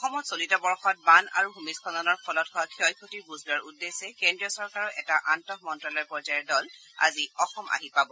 অসমত চলিত বৰ্ষত বান আৰু ভূমিস্বলনৰ ফলত হোৱা ক্ষয় ক্ষতিৰ বুজ লোৱাৰ উদ্দেশ্যে কেন্দ্ৰীয় চৰকাৰৰ এটা আন্তঃমন্ত্ৰ্যালয় পৰ্যায়ৰ দল আজি অসম আহি পাব